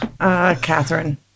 Catherine